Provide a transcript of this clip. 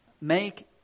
Make